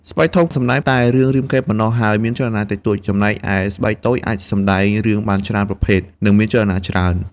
ស្បែកធំសម្ដែងតែរឿងរាមកេរ្តិ៍ប៉ុណ្ណោះ ហើយមានចលនាតិចតួច ចំណែកឯស្បែកតូចអាចសម្ដែងរឿងបានច្រើនប្រភេទ និងមានចលនាច្រើន។